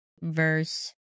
verse